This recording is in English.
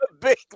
big